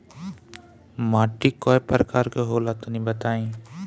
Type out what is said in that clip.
माटी कै प्रकार के होला तनि बताई?